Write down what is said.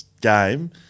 game